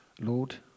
Lord